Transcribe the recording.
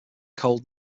cold